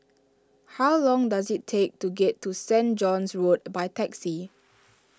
how long does it take to get to Saint John's Road by taxi